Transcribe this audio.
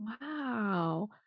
Wow